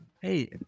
Hey